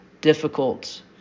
difficult